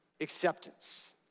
acceptance